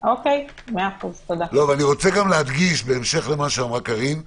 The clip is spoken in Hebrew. אני רוצה גם להדגיש בהמשך למה שאמרה חברת הכנסת קארין אלהרר,